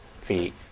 feet